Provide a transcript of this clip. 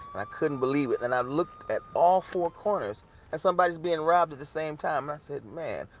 i couldn't believe it, and i looked at all four corners and somebody's being robbed at the same time. i said, man,